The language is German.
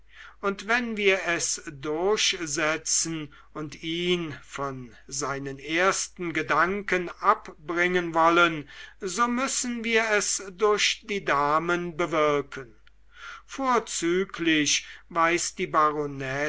und wenn wir es durchsetzen und ihn von seinen ersten gedanken abbringen wollen so müssen wir es durch die damen bewirken vorzüglich weiß die